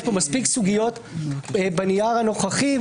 ויש מספיק סוגיות בנייר הנוכחי,